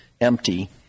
empty